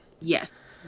Yes